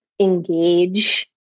engage